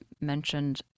mentioned